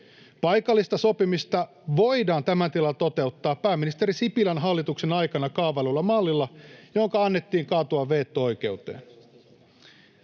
Paikallista sopimista voidaan tämän tilalla toteuttaa pääministeri Sipilän hallituksen aikana kaavaillulla mallilla, jonka annettiin kaatua veto-oikeuteen.